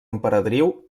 emperadriu